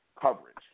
coverage